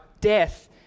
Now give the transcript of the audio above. death